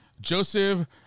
Joseph